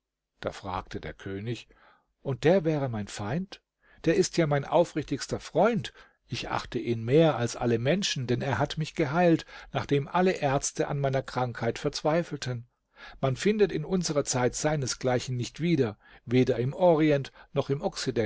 da fragte der könig und der wäre mein feind der ist ja mein aufrichtigster freund ich achte ihn mehr als alle menschen denn er hat mich geheilt nachdem alle ärzte an meiner krankheit verzweifelten man findet in unserer zeit seinesgleichen nicht wieder weder im orient noch im